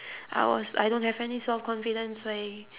I was I don't have any self-confidence I